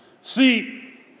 See